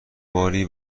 باری